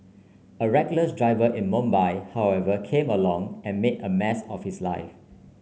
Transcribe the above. a reckless driver in Mumbai however came along and made a mess of his life